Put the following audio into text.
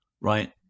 Right